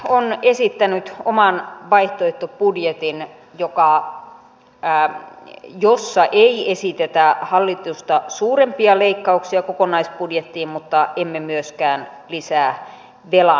on esittänyt oman vaihtoehtobudjetin joka avaa jää jossa ei esitetä hallitusta suurempia leikkauksia kokonaisbudjettiin mutta emme myöskään lisää vielä